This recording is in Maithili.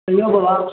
कहियौ बबा